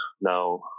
now